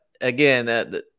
again